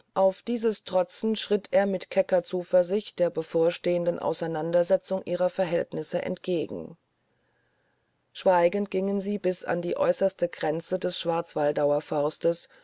auf dieses trotzend schritt er mit kecker zuversicht der bevorstehenden auseinandersetzung ihrer verhältnisse entgegen schweigend gingen sie bis an die äußerste grenze des schwarzwaldauer forstes